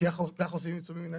כך עושים עיצומים מנהליים.